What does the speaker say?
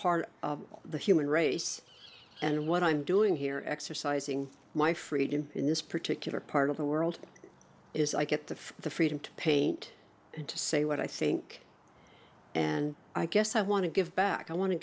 part of the human race and what i'm doing here exercising my freedom in this particular part of the world is i get to the freedom to paint and to say what i think and i guess i want to give back i want to